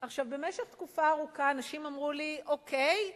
תקופה ארוכה אנשים אמרו לי: אוקיי,